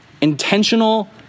intentional